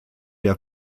der